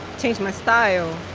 change my style?